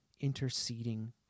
interceding